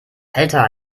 alter